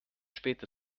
spät